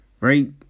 Right